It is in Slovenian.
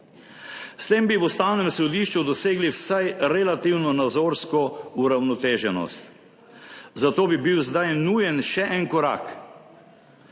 S tem bi v Ustavnem sodišču dosegli vsaj relativno nazorsko uravnoteženost. Zato bi bil zdaj nujen še en korak